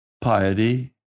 piety